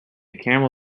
camel